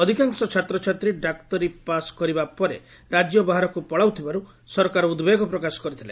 ଅଧିକାଂଶ ଛାତ୍ରଛାତ୍ରୀ ଡାକ୍ତରୀ ପାସ୍ କରିବା ପରେ ରାକ୍ୟ ବାହାରକୁ ପଳାଉଥିବାରୁ ସରକାର ଉଦ୍ବେଗ ପ୍ରକାଶ କରିଥିଲେ